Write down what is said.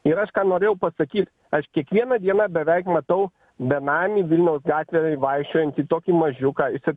ir aš ką norėjau pasakyt aš kiekvieną dieną beveik matau benamį vilniaus gatvėmin vaikščiojantį tokį mažiuką jisai